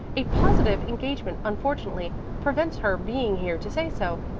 a positive engagement unfortunately prevents her being here to say so,